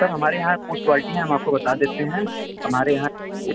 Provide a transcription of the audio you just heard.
sir हमारे यहाँ कुछ क्वालिटी है हम आपको बता देते हैं हमारे यहाँ एक